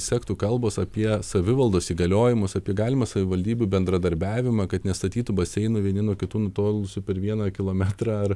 sektų kalbos apie savivaldos įgaliojimus apie galimą savivaldybių bendradarbiavimą kad nestatytų baseinų vieni nuo kitų nutolusių per vieną kilometrą ar